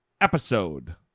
episode